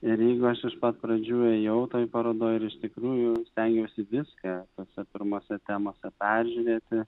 ir jeigu aš iš pat pradžių ėjau toj parodoj ir iš tikrųjų stengiuosi viską tose pirmose temose peržiūrėti